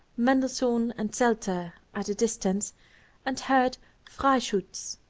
mendelssohn and zelter at a distance and heard freischutz.